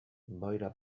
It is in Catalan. boira